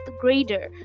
grader